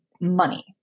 money